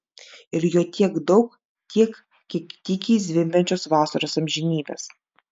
ir jo tiek daug tiek kiek tykiai zvimbiančios vasaros amžinybės